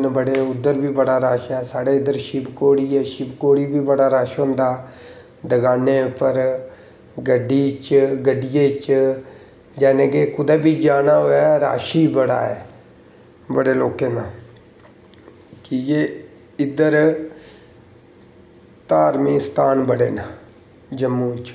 न बड़े उद्धर बी बड़ा रश ऐ साढ़ै इद्धर शिवकोड़ी ऐ शिवकोड़ी बी बड़ा रश होंदा दकाने उप्पर गड्डियै च जानि केह् कुदै बी जाना होऐ रश गै बड़ा ऐ बड़ें लोकें दा कि के इद्धर धार्मिक स्थान बड़े न जम्मू च